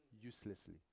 uselessly